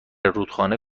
رودخانه